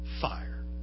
Fire